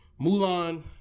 Mulan